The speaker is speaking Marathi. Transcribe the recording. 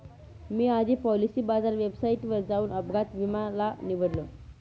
मी आधी पॉलिसी बाजार वेबसाईटवर जाऊन अपघात विमा ला निवडलं